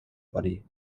body